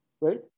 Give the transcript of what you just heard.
right